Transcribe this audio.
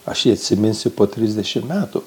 aš jį atsiminsiu po trisdešimt metų